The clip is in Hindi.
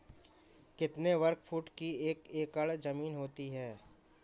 कितने वर्ग फुट की एक एकड़ ज़मीन होती है?